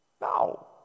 No